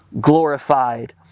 glorified